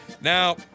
Now